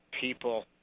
people